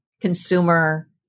consumer